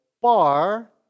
Bar